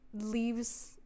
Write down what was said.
leaves